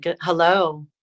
Hello